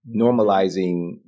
normalizing